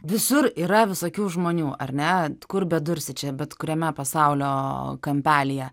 visur yra visokių žmonių ar ne kur bedursi čia bet kuriame pasaulio kampelyje